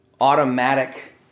automatic